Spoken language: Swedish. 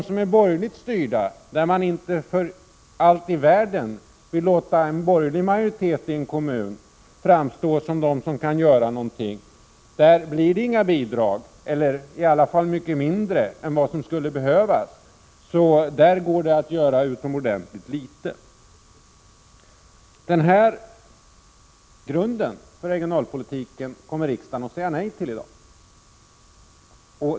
I borgerligt styrda områden vill man för allt i världen inte låta den borgerliga majoriteten i kommunen framstå som den som kan göra någonting. Där blir det inga bidrag, i varje fall blir bidragen mycket mindre än vad som skulle behövas. I sådana kommuner kan man göra utomordentligt litet. Denna grund för regionalpolitiken kommer riksdagen att säga nej till i dag.